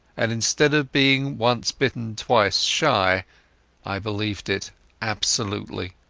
and instead of being once-bitten-twice-shy, i believed it absolutely.